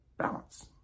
balance